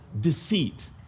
deceit